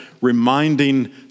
reminding